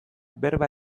berba